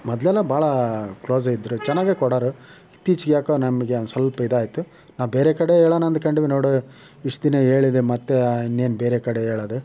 ಮೊದ್ಲೆಲ್ಲ ಭಾಳ ಕ್ಲೋಸೆಇದ್ರು ಚೆನ್ನಾಗೆ ಕೊಡೋರು ಇತ್ತೀಚೆಗೆ ಯಾಕೋ ನಮಗೆ ಒಂದುಸ್ವಲ್ಪ ಇದಾಯಿತು ನಾವು ಬೇರೆ ಕಡೆ ಹೇಳಣ ಅಂದ್ಕೊಂಡ್ವಿ ನೋಡಿ ಇಷ್ಟು ದಿನ ಹೇಳಿದೆ ಮತ್ತು ಇನ್ನೇನು ಬೇರೆ ಕಡೆ ಹೇಳದು